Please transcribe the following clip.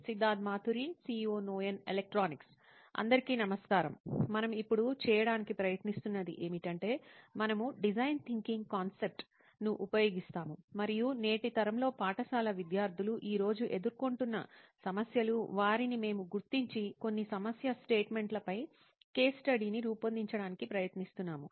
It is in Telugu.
సిద్ధార్థ్ మాతురి CEO నోయిన్ ఎలక్ట్రానిక్స్ అందరికీ నమస్కారం మనము ఇప్పుడు చేయడానికి ప్రయత్నిస్తున్నది ఏమిటంటే మనము డిజైన్ థింకింగ్ కాన్సెప్ట్ను ఉపయోగిస్తాము మరియు నేటి తరంలో పాఠశాల విద్యార్థులు ఈ రోజు ఎదుర్కొంటున్న సమస్యలు వారిని మేము గుర్తించి కొన్ని సమస్య స్టేట్మెంట్లపై కేసు స్టడీని రూపొందించడానికి ప్రయత్నిస్తాము